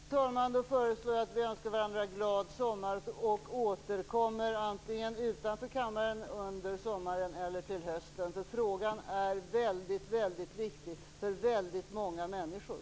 Fru talman! Då föreslår jag att vi önskar varandra glad sommar och återkommer antingen utanför kammaren under sommaren eller till hösten, för frågan är väldigt viktig för väldigt många människor.